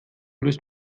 löst